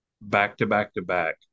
back-to-back-to-back